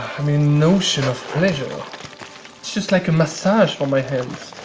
i mean ocean of pleasure. it's just like a massage for my hands.